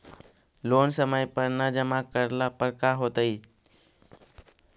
Loan समय पर न जमा करला पर का होतइ?